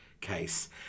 case